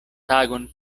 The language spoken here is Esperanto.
tagon